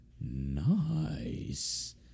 nice